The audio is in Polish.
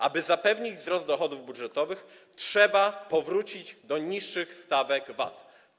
Aby zapewnić wzrost dochodów budżetowych, trzeba powrócić do niższych stawek VAT.